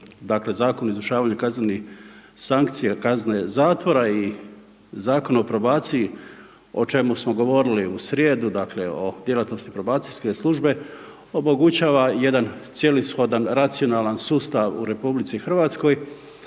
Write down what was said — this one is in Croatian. Zakonu o izvršavanju kaznenih sankcija, kazne zatvora i Zakona o probaciji o čemu smo govorili u srijedu, dakle o djelatnosti probacijske službe, omogućava jedan cijelishodan, racionalan sustav u RH koji